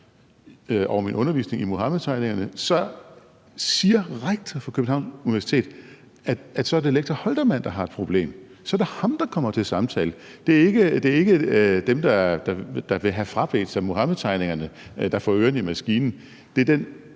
lektorens undervisning i Muhammedtegningerne, så siger rektor for Københavns Universitet, at det er lektor Holtermann, der har et problem; så er det ham, der kommer til samtale. Det er ikke dem, der vil have sig frabedt Muhammedtegningerne, der får ørerne i maskinen. Det er den